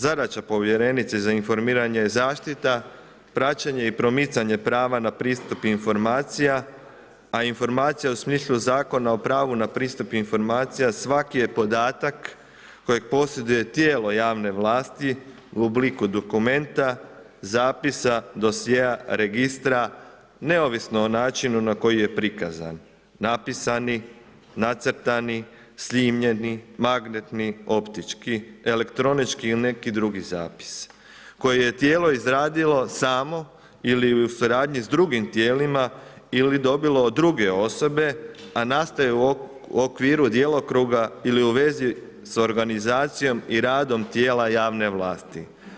Zadaća povjerenice za informiranje je zaštita, praćenje i promicanje prava na pristup informacija a informacija u smislu Zakona o pravu na pristup informacija svaki je podatak kojeg posjeduje tijelo javne vlasti u obliku dokumenta, zapisa, dosjea, registra, neovisno o načinu na koji je prikazani, napisani, nacrtani, snimljeni, magnetni, optički, elektronički ili neki drugi zapis koje je tijelo izradilo samo ili u suradnji sa drugim tijelima ili dobilo od druge osobe a nastaje u okviru djelokruga ili u vezi sa organizacijom i radom tijela javne vlasti.